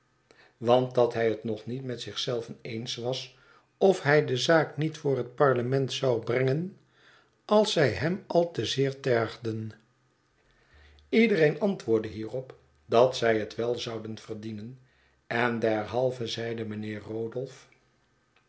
want dat hij het nog met zich zelven niet eens was of hij de zaak niet voor het parlement zou brengen als zij hem al te zeer tergden iedereen antwoordde hierop dat zij het wel zouden verdienen en derhalve zeide mijnheer